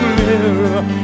mirror